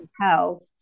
health